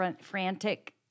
frantic